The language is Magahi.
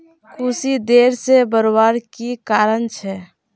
कुशी देर से बढ़वार की कारण छे?